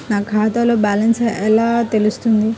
నా ఖాతాలో బ్యాలెన్స్ ఎలా తెలుస్తుంది?